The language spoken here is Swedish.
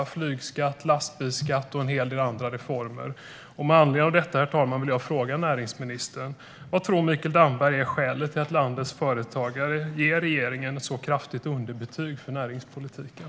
Det är flygskatt, lastbilsskatt och en hel del andra reformer. Med anledning av detta, herr talman, vill jag fråga näringsministern vad han tror är skälet till att landets företagare ger regeringen ett så kraftigt underbetyg för näringspolitiken.